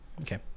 Okay